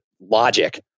logic